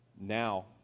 now